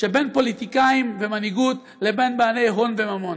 שבין פוליטיקאים ומנהיגות לבין בעלי הון וממון.